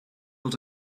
els